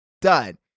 Done